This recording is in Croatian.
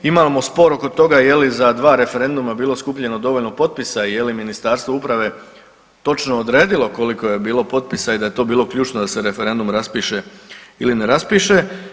Imamo spor oko toga je li za 2 referenduma bilo skupljeno dovoljno potpisa i je li Ministarstvo uprave točno odredilo koliko je bilo potpisa i da je to bilo ključno da se referendum raspiše ili ne raspiše.